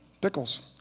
Pickles